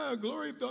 glory